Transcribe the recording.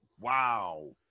wow